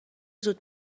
زود